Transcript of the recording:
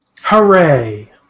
Hooray